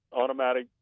automatic